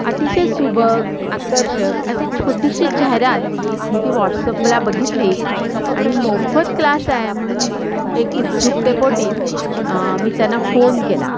अतिशय सुबक आकर्षक असे छोटीशी जाहिरात मी ती वॉट्सअपला बघितली आणि मोफत क्लास आहे म्हणून एक उत्सुकतेपोटी मी त्यांना फोन केला